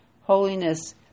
holiness